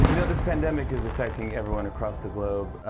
you know, this pandemic is affecting everyone across the globe.